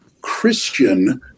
Christian